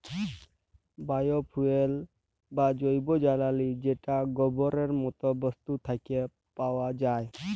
bio fuel বা জৈব জ্বালালী যেট গোবরের মত বস্তু থ্যাকে পাউয়া যায়